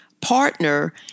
partner